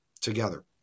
together